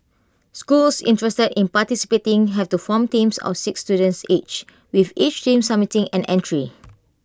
schools interested in participating have to form teams of six students each with each team submitting an entry